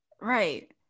Right